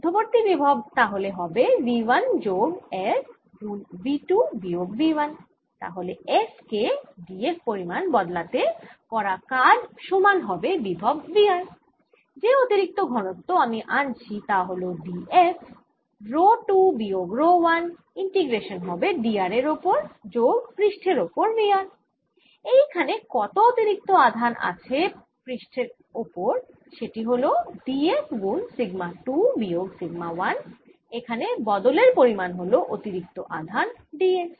মধ্যবর্তি বিভব তাহলে হবে V 1 যোগ f গুণ V 2 বিয়োগ V 1 তাহলে f কে d f পরিমাণ বদলাতে করা কাজ সমান হবে বিভব V r যে অতিরিক্ত ঘনত্ব আমি আনছি তা হল d f রো 2 বিয়োগ রো 1 ইন্টিগ্রেশান হবে d r এর ওপর যোগ পৃষ্টের ওপর V r এইখানে কতো অতিরিক্ত আধান আসছে পৃষ্ঠ টির ওপর সেটি হল d f গুণ সিগমা 2 বিয়োগ সিগমা 1 এখানে বদলের পরিমাণ হল অতিরিক্ত আধান d s